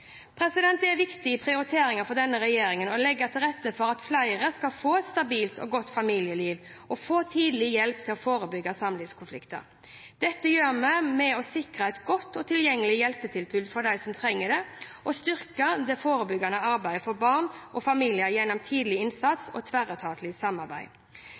Det er en viktig prioritering for denne regjeringen å legge til rette for at flere skal få et stabilt og godt familieliv og få tidlig hjelp til å forebygge samlivskonflikter. Dette gjør vi ved å sikre et godt og tilgjengelig hjelpetilbud for dem som trenger det, og å styrke det forebyggende arbeidet for barn og familier gjennom tidlig innsats og tverretatlig samarbeid.